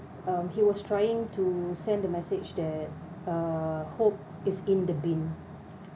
um he was trying to send the message that uh hope is in the bin